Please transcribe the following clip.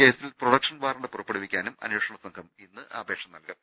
കേസിൽ production warrant പുറപ്പെടുവിപ്പിക്കാനും അന്വേഷണ സംഘം ഇന്ന് അപേക്ഷ നൽകും